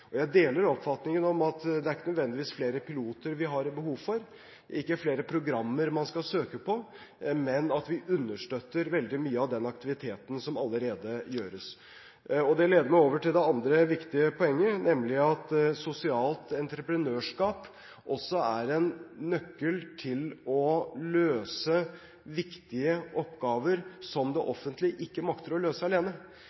Jeg deler oppfatningen om at det ikke nødvendigvis er flere piloter vi har behov for, ikke flere programmer man skal søke på, men at vi understøtter veldig mye av den aktiviteten som allerede foregår. Det leder meg over til det andre viktige poenget, nemlig at sosialt entreprenørskap også er en nøkkel til å løse viktige oppgaver som det